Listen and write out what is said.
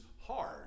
hard